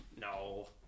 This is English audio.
No